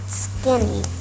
skinny